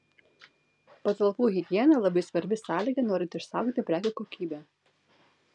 patalpų higiena labai svarbi sąlyga norint išsaugoti prekių kokybę